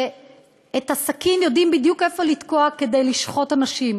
שאת הסכין יודעים בדיוק איפה לתקוע כדי לשחוט אנשים,